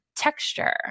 texture